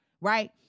Right